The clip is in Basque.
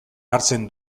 hartzen